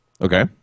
okay